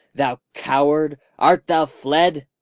thou coward, art thou fled?